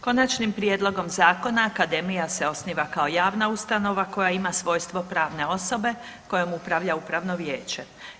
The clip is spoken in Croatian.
Konačnim prijedlogom zakona akademija se osniva kao javna ustanova koja ima svojstvo pravne osobe kojom upravlja upravno vijeće.